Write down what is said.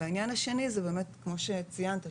עניין שני זה באמת כמו שציינת,